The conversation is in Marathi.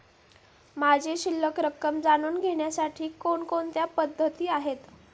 माझी शिल्लक रक्कम जाणून घेण्यासाठी कोणकोणत्या पद्धती आहेत?